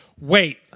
wait